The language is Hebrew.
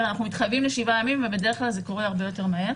אנחנו מתחייבים לשבעה ימים ובדרך כלל זה קורה הרבה יותר מהר.